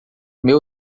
meu